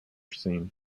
scene